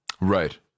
Right